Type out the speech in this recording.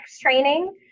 training